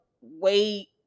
wait